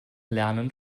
lernen